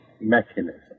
mechanism